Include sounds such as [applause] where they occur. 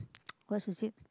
[noise] what she said